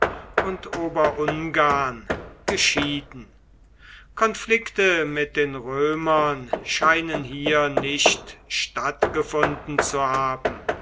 und oberungarn geschieden konflikte mit den römern scheinen hier nicht stattgefunden zu haben